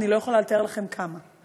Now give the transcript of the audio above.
אני לא יכולה לתאר לכם כמה.